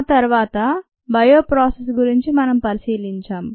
ఆ తర్వాత bio process గురించి మనం పరిశీలించాం